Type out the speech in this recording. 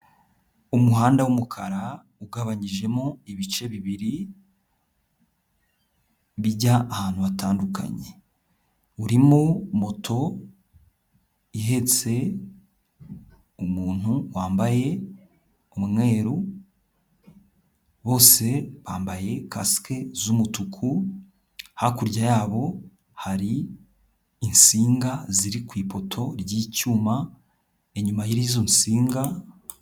Umuhanda w'umukara ugabanyijemo ibice bibiri bijya ahantu hatandukanye, urimo moto ihetse umuntu wambaye umweru bose bambaye kasike z'umutuku, hakurya yabo hari insinga ziri ku ipoto ry'icyuma, inyuma y'izo nsinga